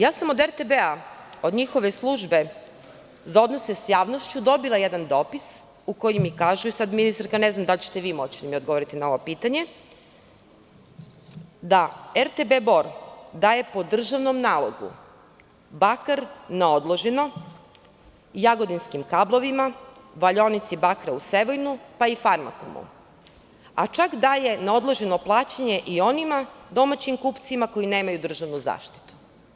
Ja sam od RTB, od njihove službe za odnose sa javnošću dobila jedan dopis u kojem mi kažu, sada ministarka ne znam da li ćete vi moći da mi odgovorite na ovo pitanje, da RTB Bor daje po državnom nalogu bakar na odloženo jagodinskim "Kablovima", "Valjaonici bakra" u Sevojnu, pa i "Farmakomu", a čak daje na odloženo plaćanje i onim domaćim kupcima koji nemaju državnu zaštitu.